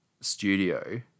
studio